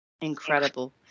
Incredible